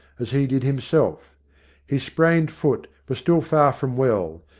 as he did him self his sprained foot was still far from well,